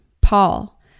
Paul